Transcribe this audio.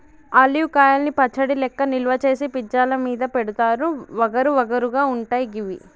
olive కాయలను పచ్చడి లెక్క నిల్వ చేసి పిజ్జా ల మీద పెడుతారు వగరు వగరు గా ఉంటయి గివి